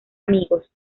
amigos